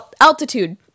altitude